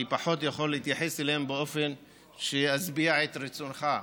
אני פחות יכול להתייחס אליהם באופן שישביע את רצונך.